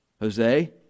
Jose